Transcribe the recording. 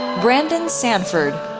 brandon sanford,